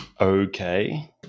okay